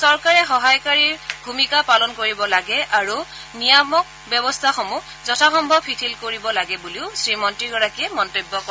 চৰকাৰে সহায়কাৰীৰ ভূমিকা পালন কৰিব লাগে আৰু নিয়ামক ব্যৱস্থাসমূহ যথাসম্ভৱ শিথিল কৰিব লাগে বুলিও মন্ত্ৰীগৰাকীয়ে মন্তব্য কৰে